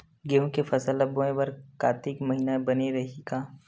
गेहूं के फसल ल बोय बर कातिक महिना बने रहि का?